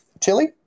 chili